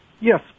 Yes